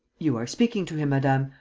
you are speaking to him, madame.